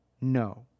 No